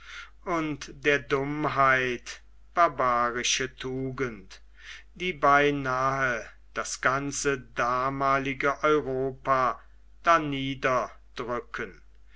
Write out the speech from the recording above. und der dummheit barbarische tugend die beinahe das ganze damalige europa darniederdrücken